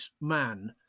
man